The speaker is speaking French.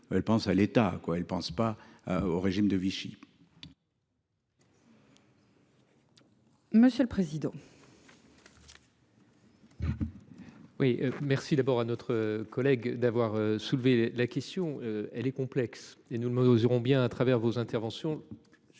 elle pense à l'État quoi ils pensent pas au régime de Vichy. Monsieur le président. Oui merci d'abord à notre collègue d'avoir soulevé la question elle est complexe et nous aux iront bien à travers vos interventions.